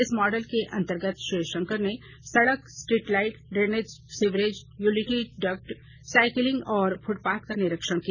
इस मॉडल के अंतर्गत श्री शंकर ने सड़क street light drainage sewerage utility duct cycling और फुटपाथ का निरीक्षण किया